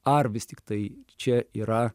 ar vis tiktai čia yra